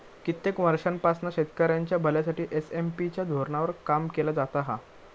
कित्येक वर्षांपासना शेतकऱ्यांच्या भल्यासाठी एस.एम.पी च्या धोरणावर काम केला जाता हा